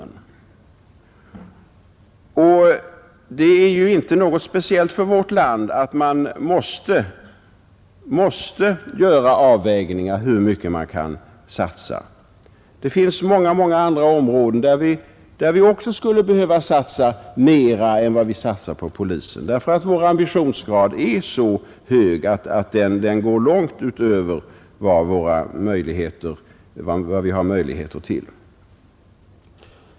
Det är ju inte något speciellt för vårt land att man måste göra avvägningar hur mycket man kan satsa härvidlag. Det finns många andra områden där vi också skulle behöva satsa mer än vad vi satsar på polisen därför att vår ambitionsgrad är så hög att den går långt utöver vad vi har möjligheter till.